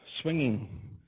swinging